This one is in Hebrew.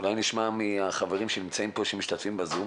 אולי נשמע מהחברים שמשתתפים בזום.